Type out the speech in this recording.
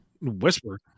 Whisper